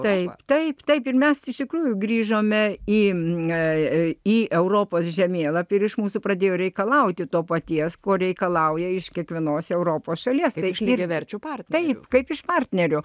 taip taip taip ir mes iš tikrųjų grįžome į europos žemėlapį ir iš mūsų pradėjo reikalauti to paties ko reikalauja iš kiekvienos europos šalies reikš lygiaverčių partnerių kaip iš partnerio